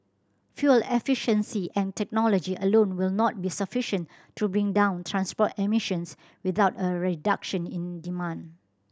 fuel efficiency and technology alone will not be sufficient to bring down transport emissions without a reduction in demand